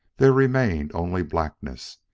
there remained only blackness,